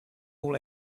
all